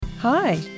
Hi